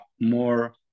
more